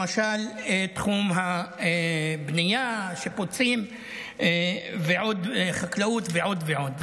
למשל תחום הבנייה, השיפוצים, החקלאות ועוד ועוד.